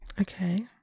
okay